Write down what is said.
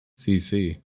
CC